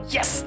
Yes